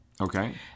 Okay